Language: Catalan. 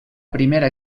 primera